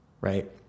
right